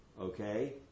Okay